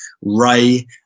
Ray